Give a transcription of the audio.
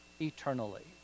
eternally